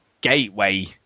gateway